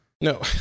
No